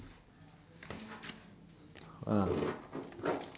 ah